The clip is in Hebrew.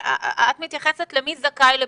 את מתייחסת למי זכאי לבדיקה.